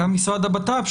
גם משרד הבט"פ,